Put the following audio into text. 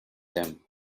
them